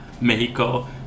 Mexico